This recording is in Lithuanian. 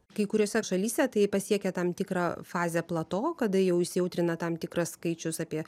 kai kuriose šalyse tai pasiekia tam tikrą fazę plato kada jau įsijautrina tam tikras skaičius apie